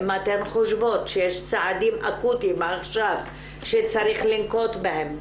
אם אתן חושבות שיש צעדים אקוטיים עכשיו שצריך לנקוט בהם,